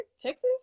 Texas